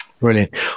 Brilliant